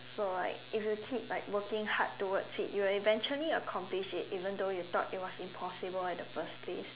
so like if you keep like working hard towards it you will eventually accomplish it even though you thought it was impossible in the first place